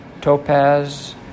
topaz